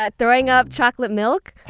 but throwing up chocolate milk?